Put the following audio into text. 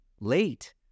late